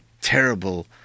terrible